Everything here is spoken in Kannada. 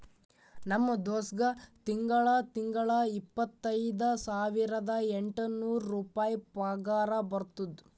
ನಮ್ ದೋಸ್ತ್ಗಾ ತಿಂಗಳಾ ತಿಂಗಳಾ ಇಪ್ಪತೈದ ಸಾವಿರದ ಎಂಟ ನೂರ್ ರುಪಾಯಿ ಪಗಾರ ಬರ್ತುದ್